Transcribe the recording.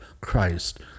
Christ